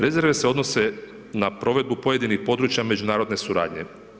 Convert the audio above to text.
Rezerve se odnose na provedbu pojedinih područja međunarodne suradnje.